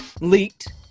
leaked